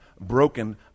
broken